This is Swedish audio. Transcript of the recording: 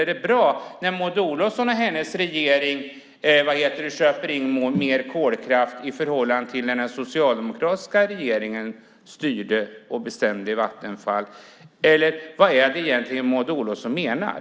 Är det bra när Maud Olofsson och hennes regering köper in mer kolkraft men inte när den socialdemokratiska regeringen styrde och bestämde i Vattenfall? Vad är det egentligen som Maud Olofsson menar?